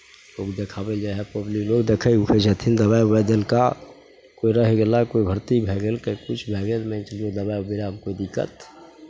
लोग देखाबय लए जाइ हइ पब्लिक लोग देखै उखै छथिन दबाइ उबाइ देलका कोइ रहि गेला कोइ भर्ती भए गेल कोइ किछु भए गेल दबाइ बिरामे कोइ दिक्कत